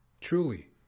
Truly